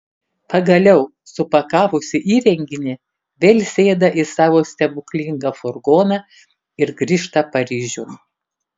pagaliau supakavusi įrenginį vėl sėda į savo stebuklingą furgoną ir grįžta paryžiun